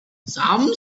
some